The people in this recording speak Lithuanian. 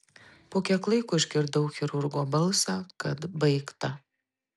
po kiek laiko išgirdau chirurgo balsą kad baigta